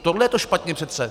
Tohle je to špatně přece!